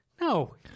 No